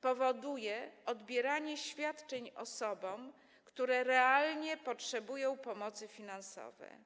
powoduje odbieranie świadczeń osobom, które realnie potrzebują pomocy finansowej.